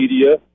media